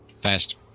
Fast